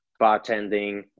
bartending